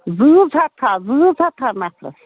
زۭ زٕ ہَتھ تھاو زۭ زٕ ہَتھ تھاو نفَرَس